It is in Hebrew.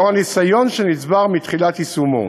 לאור הניסיון שנצבר מתחילת יישומו.